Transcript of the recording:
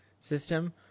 system